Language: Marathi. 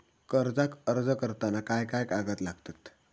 कर्जाक अर्ज करताना काय काय कागद लागतत?